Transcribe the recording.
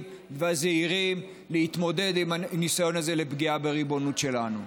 והזהירים להתמודד עם הניסיון הזה לפגיעה בריבונות שלנו.